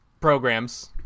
programs